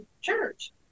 church